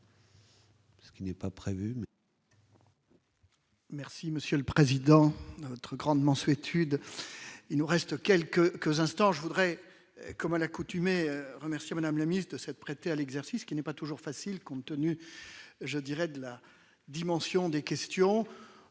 Ce qui n'est pas prévu.